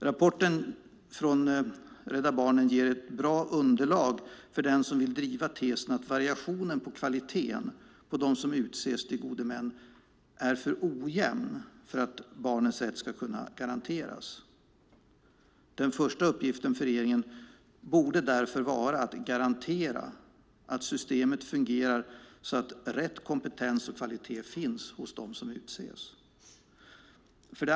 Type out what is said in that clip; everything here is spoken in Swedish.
Rapporten från Rädda Barnen ger ett bra underlag för den som vill driva tesen att variationen på kvaliteten på dem som utses till gode män är för ojämn för att barnens rätt ska kunna garanteras. Den första uppgiften för regeringen borde därför vara att garantera att systemet fungerar så att rätt kompetens och kvalitet finns hos dem som utses.